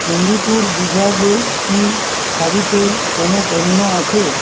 অম্বিপুর বিভাগে কি শাড়িতে কোনো পণ্য আছে